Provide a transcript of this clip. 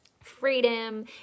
freedom